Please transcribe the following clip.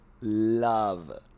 Love